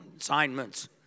assignments